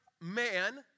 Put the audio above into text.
man